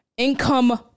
income